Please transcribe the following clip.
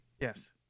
Yes